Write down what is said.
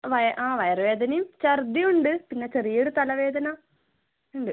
ആ വയറുവേദനയും ഛർദിയും ഉണ്ട് പിന്നെ ചെറിയ ഒരു തലവേദന ഉണ്ട്